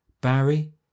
barry